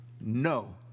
no